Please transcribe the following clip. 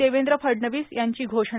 देवेंद्र फडणवीस यांची घोषणा